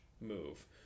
move